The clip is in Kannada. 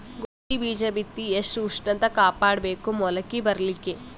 ಗೋಧಿ ಬೀಜ ಬಿತ್ತಿ ಎಷ್ಟ ಉಷ್ಣತ ಕಾಪಾಡ ಬೇಕು ಮೊಲಕಿ ಬರಲಿಕ್ಕೆ?